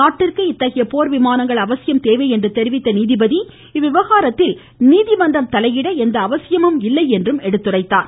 நாட்டிற்கு இத்தகைய போர் விமானங்கள் அவசியம் தேவை என்று தெரிவித்த நீதிபதி இவ்விவகாரத்தில் நீதிமன்றம் தலையிடுவதற்கு எந்த அவசியமும் இல்லை என்றும் எடுத்துரைத்தார்